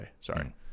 sorry